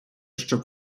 щоб